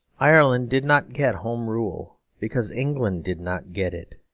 ireland did not get home rule because england did not get it.